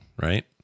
right